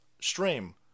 stream